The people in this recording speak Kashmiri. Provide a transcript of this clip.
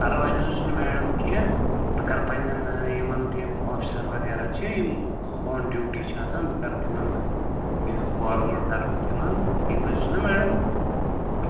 پَرواے نہٕ حظ چھُنہٕ میڈم کینٛہہ بہٕ کَرٕ پَنٮ۪ن یِمَن ٹیٖم آفِسَر وَغیرہ چھِ یِم آن ڈِوٹی چھِ آسان بہٕ کَرٕ تِمن یہِ فاروٲڈ کَرٕ بہٕ تِمَن ٹھیٖک حظ چھُنا میڈم